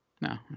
No